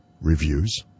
reviews